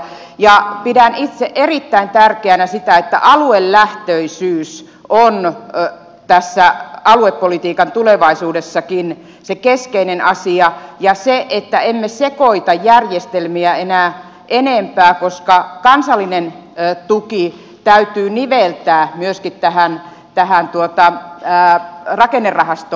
pidän itse erittäin tärkeänä sitä että aluelähtöisyys on tässä aluepolitiikan tulevaisuudessakin se keskeinen asia ja että emme sekoita järjestelmiä enää enempää koska kansallinen tuki täytyy niveltää myöskin tähän rakennerahastotukeen